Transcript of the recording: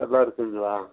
நல்லா இருக்குங்களா